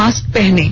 mask पहनें